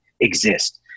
exist